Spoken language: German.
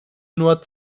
nur